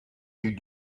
you